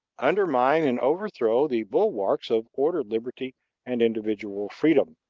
undermine and overthrow the bulwarks of ordered liberty and individual freedom.